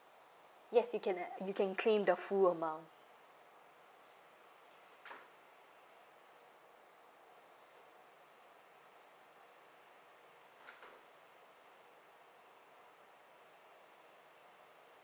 yes you can uh you can claim the full amount